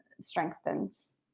strengthens